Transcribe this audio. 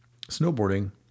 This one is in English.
snowboarding